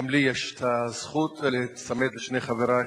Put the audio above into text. גם לי יש הזכות להיצמד לשני חברי,